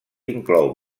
inclou